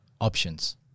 options